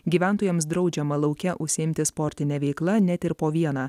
gyventojams draudžiama lauke užsiimti sportine veikla net ir po vieną